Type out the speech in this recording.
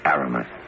Aramis